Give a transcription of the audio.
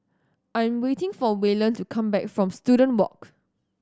I'm waiting for Waylon to come back from Student Walk